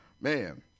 Man